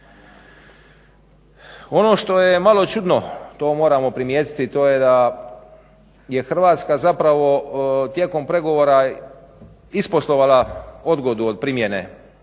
Ono što je malo čudno to moramo primijetiti to je da je Hrvatska zapravo tijekom pregovora isposlovala odgodu od primjene